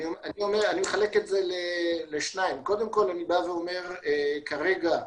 אני מחלק את זה לשניים, כרגע,